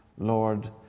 Lord